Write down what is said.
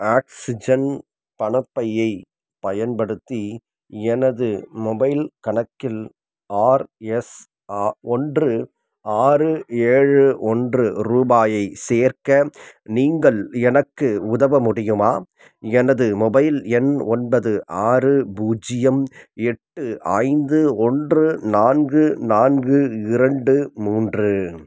oxygen பணப்பையேப் பயன்படுத்தி எனது மொபைல் கணக்கில் ஆர்எஸ் ஆ ஒன்று ஆறு ஏழு ஒன்று ரூபாயை சேர்க்க நீங்கள் எனக்கு உதவ முடியுமா எனது மொபைல் எண் ஒன்பது ஆறு பூஜ்ஜியம் எட்டு ஐந்து ஒன்று நான்கு நான்கு இரண்டு மூன்று